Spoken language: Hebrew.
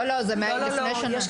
לא, לא, זה מלפני שנה.